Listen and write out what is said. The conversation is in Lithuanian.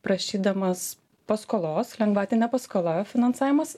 prašydamas paskolos lengvatine paskola finansavimas